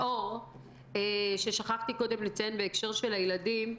נקודת אור ששכחתי קודם לציין בהקשר של הילדים.